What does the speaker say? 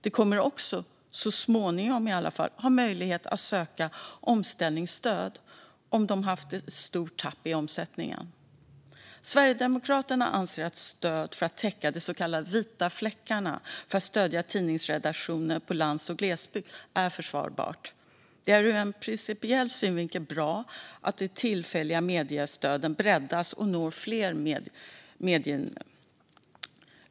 Den kommer också - så småningom i alla fall - att ha möjlighet att söka omställningsstöd om man har haft ett stort tapp i omsättningen. Sverigedemokraterna anser att stöd för att täcka de så kallade vita fläckarna när det gäller tidningsredaktioner på lands och glesbygd är försvarbart. Det är ur en principiell synvinkel bra att de tillfälliga mediestöden breddas och når fler nyhetsmedier.